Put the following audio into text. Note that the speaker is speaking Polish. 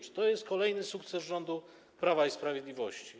Czy to jest kolejny sukces rządu Prawa i Sprawiedliwości?